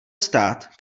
stát